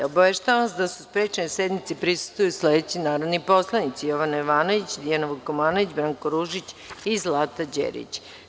Obaveštavam vas da su sprečeni da sednici prisustvuju sledeći narodni poslanici: Jovana Jovanović, dr Dijana Vukomanović, Branko Ružić i Zlata Đerić.